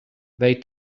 they